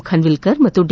ಖಾನ್ವಿಲ್ಕರ್ ಮತ್ತು ಡಿ